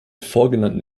vorgenannten